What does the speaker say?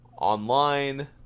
online